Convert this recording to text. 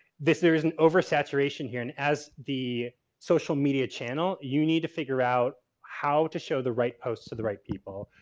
there is an oversaturation here and as the social media channel you need to figure out how to show the right posts to the right people.